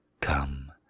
Come